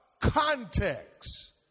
Context